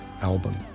album